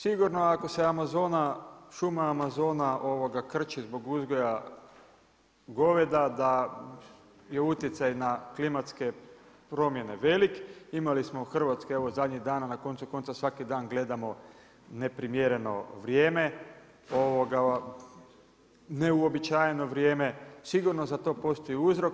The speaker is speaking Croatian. Sigurno ako se Amazona, šuma Amazona krči zbog uzgoja goveda da je utjecaj na klimatske promjene velik, imali smo u Hrvatskoj evo zadnjih dana na koncu konca svaki dan gledamo neprimjereno vrijeme, neuobičajeno vrijeme, sigurno za to postoji uzrok.